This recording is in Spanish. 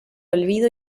olvido